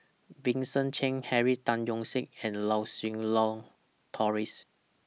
Vincent Cheng Henry Tan Yoke See and Lau Siew Lang Doris